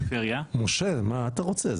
משה, מה אתה רוצה?